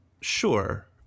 Sure